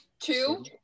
Two